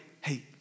hey